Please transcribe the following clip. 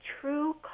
true